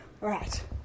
Right